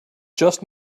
just